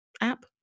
app